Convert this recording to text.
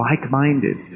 like-minded